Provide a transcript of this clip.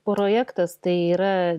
projektas tai yra